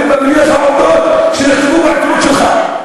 אני מקריא לך עובדות שנכתבו בעיתונות שלך: